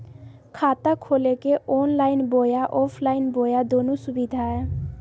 खाता खोले के ऑनलाइन बोया ऑफलाइन बोया दोनो सुविधा है?